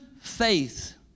faith